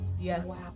Yes